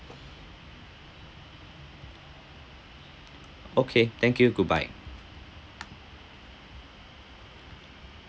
okay thank you goodbye